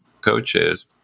coaches